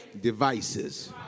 devices